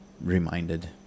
reminded